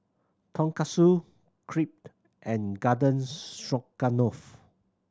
Tonkatsu Crepe and Garden Stroganoff